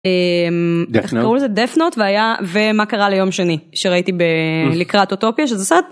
דפנות ומה קרה ליום שני שראיתי בלקראת אוטופיה שזה סרט